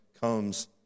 comes